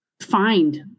find